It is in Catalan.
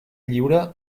lliure